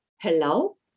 Hello